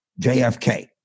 JFK